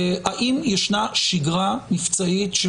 האם ישנה שגרה מבצעית של